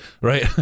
right